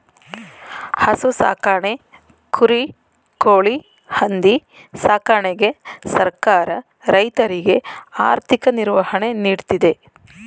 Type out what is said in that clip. ಹಸು ಸಾಕಣೆ, ಕುರಿ, ಕೋಳಿ, ಹಂದಿ ಸಾಕಣೆಗೆ ಸರ್ಕಾರ ರೈತರಿಗೆ ಆರ್ಥಿಕ ನಿರ್ವಹಣೆ ನೀಡ್ತಿದೆ